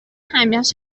همش